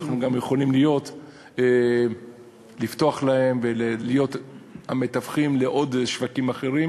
אנחנו גם יכולים לפתוח להם ולהיות המתווכים לשווקים אחרים,